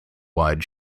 wide